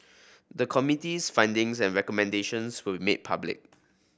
the Committee's findings and recommendations will made public